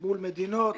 מול מדינות